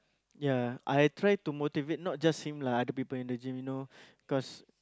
ya I had try to motivate not just him lah other people in the gym you know cause